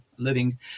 living